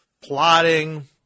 plotting